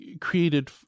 created